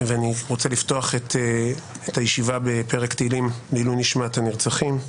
אני רוצה לפתוח את הישיבה בפרק תהילים לעילוי נשמת הנרצחים: